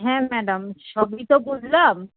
হ্যাঁ ম্যাডাম সবই তো বুঝলাম